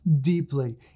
deeply